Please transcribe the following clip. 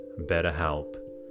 BetterHelp